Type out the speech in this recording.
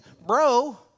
bro